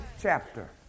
chapter